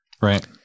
Right